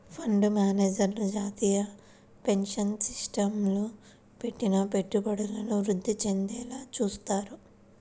fund మేనేజర్లు జాతీయ pension సిస్టమ్లో పెట్టిన పెట్టుబడులను వృద్ధి చెందేలా చూత్తారు